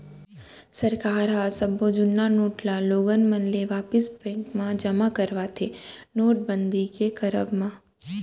सरकार ह सब्बो जुन्ना नोट ल लोगन मन ले वापिस बेंक म जमा करवाथे नोटबंदी के करब म